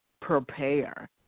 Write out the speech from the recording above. prepare